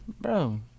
bro